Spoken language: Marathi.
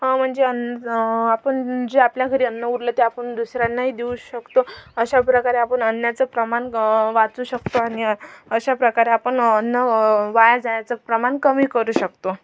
म्हणजे अन आपण जे आपल्या घरी अन्न उरलं ते आपण दुसऱ्यांनाही देऊच शकतो अशाप्रकारे आपण अन्नाचं प्रमाण वा वाचवू शकतो आणि अशाप्रकारे आपण अन्न वाया जायचं प्रमाण कमी करू शकतो